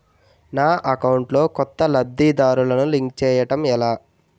నా అకౌంట్ లో కొత్త లబ్ధిదారులను లింక్ చేయటం ఎలా?